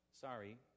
Sorry